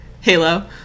Halo